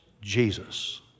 Jesus